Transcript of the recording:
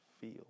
feel